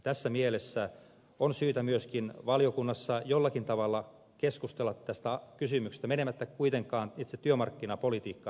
tässä mielessä on syytä myöskin valiokunnassa jollakin tavalla keskustella tästä kysymyksestä menemättä kuitenkaan itse työmarkkinapolitiikkaan